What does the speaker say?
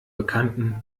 bekannten